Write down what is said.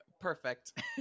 perfect